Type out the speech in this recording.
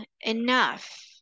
enough